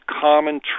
common